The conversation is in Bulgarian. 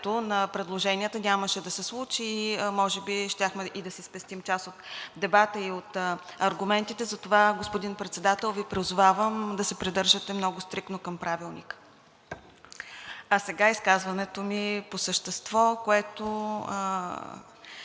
А сега изказването ми по същество, което